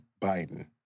Biden